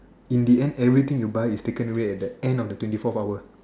in the end everything you buy is taken away at the end of the twenty forth hour